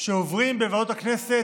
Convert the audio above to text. הם עוברים בוועדות הכנסת,